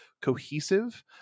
cohesive